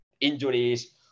injuries